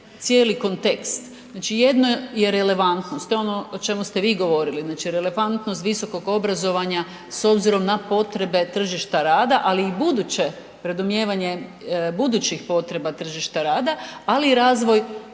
cijeli kontekst. Znači jedno je relevantnost, to je ono o čemu ste vi govorili, znači relevantnost visokog obrazovanja s obzirom na potrebe tržišta rada, ali i buduće predmnijevanje budućih potreba tržišta rada, ali i razvoj